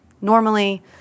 normally